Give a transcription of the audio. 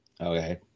Okay